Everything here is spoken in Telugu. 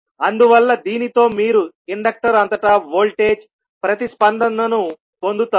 అందువల్ల దీనితో మీరు ఇండక్టర్ అంతటా వోల్టేజ్ ప్రతిస్పందనను పొందుతారు